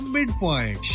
Midpoint